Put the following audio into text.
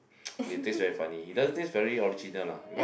it taste very funny it doesn't taste very original lah because